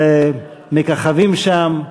מככבים שם.